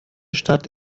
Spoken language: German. stadt